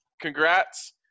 congrats